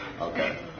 Okay